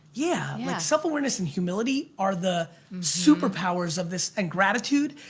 yeah, like self awareness and humility are the superpowers of this, and gratitude,